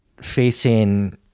facing